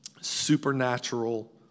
supernatural